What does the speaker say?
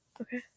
Okay